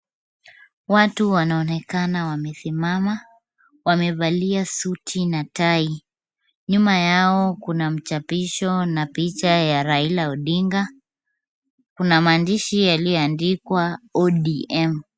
Watu wanaonekana wamesimama wamevalia suti na tai. Nyuma yao kuna mchapisho na picha ya Raila Odinga. Kuna maandishi yaliyoandikwa ODM.